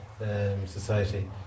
Society